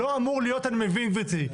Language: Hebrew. "לא אמור להיות" אני מבין גברתי.